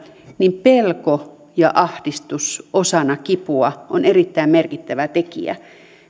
niin pelko ja ahdistus osana kipua on erittäin merkittävä tekijä